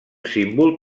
símbol